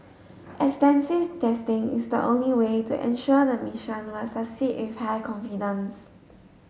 extensive testing is the only way to ensure the mission will succeed if high confidence